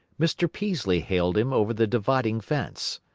mr. peaslee hailed him over the dividing fence.